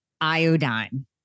iodine